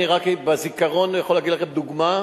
אני רק בזיכרון יכול לתת לכם דוגמה,